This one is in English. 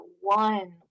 one